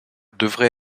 devrait